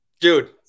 Dude